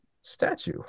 statue